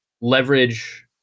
leverage